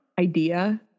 idea